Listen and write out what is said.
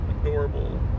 adorable